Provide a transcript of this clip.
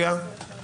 איפה